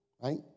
Right